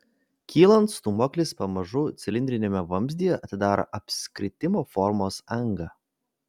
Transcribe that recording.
kylant stūmoklis pamažu cilindriniame vamzdyje atidaro apskritimo formos angą